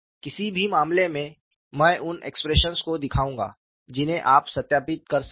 किसी भी मामले में मैं उन एक्सप्रेशंस को दिखाऊंगा जिन्हें आप सत्यापित कर सकते हैं